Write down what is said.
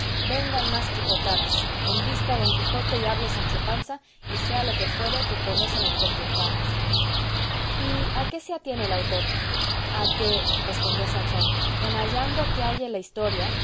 vengan más quijotadas embista don quijote y hable sancho panza y sea lo que fuere que con eso nos contentamos y a qué se atiene el autor a que respondió sansón en hallando que halle la historia